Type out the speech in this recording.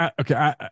okay